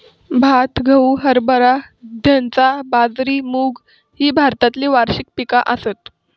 भात, गहू, हरभरा, धैंचा, बाजरी, मूग ही भारतातली वार्षिक पिका आसत